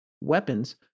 weapons